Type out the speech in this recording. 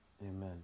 Amen